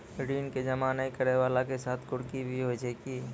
ऋण के जमा नै करैय वाला के साथ कुर्की भी होय छै कि?